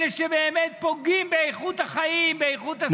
אלה שבאמת פוגעים באיכות החיים, באיכות הסביבה.